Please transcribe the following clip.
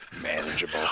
Manageable